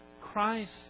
Christ